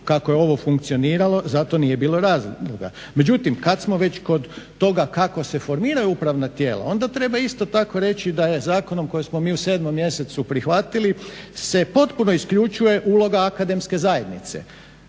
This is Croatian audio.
Kako je ovo funkcioniralo zato nije bilo razloga. Međutim, kad smo već kod toga kako se formiraju upravna tijela onda treba isto tako reći da je zakonom koji smo mi u 7. mjesecu prihvatili se potpuno isključuje uloga akademske zajednice.